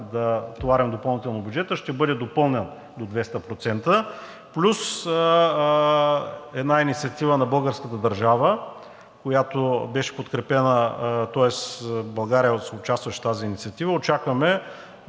да товарим допълнително бюджета, ще бъде допълнен до 200% плюс една инициатива на българската държава, която беше подкрепена. Тоест България съучастваше в тази инициатива. Очакваме